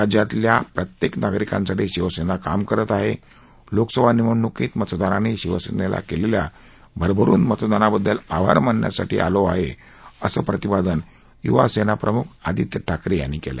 राज्यातील प्रत्येक नागरिकांसाठी शिवसेना काम करत आहे लोकसभा निवडणूकीत मतदारांनी शिवसेनेला केलेल्या भरभरून मतदानाबद्दल आभार मानण्यासाठी आलो असल्याचं प्रतिपादन युवा सेना प्रमुख आदित्य ठाकरे यांनी केलं